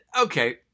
Okay